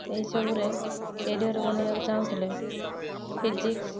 ଏଇସବୁରେ career ବନାଇବାକୁ ଚାହୁଁଥିଲେ physics